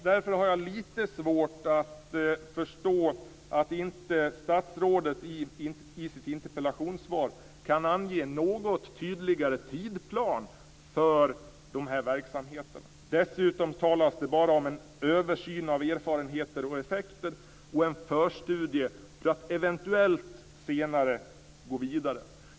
Därför har jag lite svårt att förstå att statsrådet i sitt interpellationssvar inte kan ange en något tydligare tidsplan för dessa verksamheter. Dessutom talas det bara om en översyn av erfarenheter och effekter och om en förstudie för att eventuellt senare gå vidare.